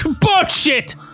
bullshit